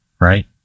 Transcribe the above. right